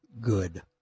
good